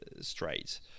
straight